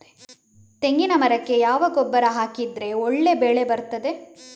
ತೆಂಗಿನ ಮರಕ್ಕೆ ಯಾವ ಗೊಬ್ಬರ ಹಾಕಿದ್ರೆ ಒಳ್ಳೆ ಬೆಳೆ ಬರ್ತದೆ?